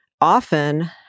often